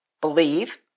believe